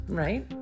right